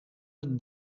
het